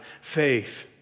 faith